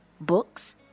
books